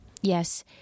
Yes